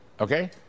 Okay